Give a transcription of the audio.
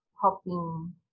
helping